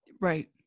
right